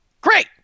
Great